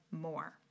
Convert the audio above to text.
more